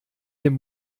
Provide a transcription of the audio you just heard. dem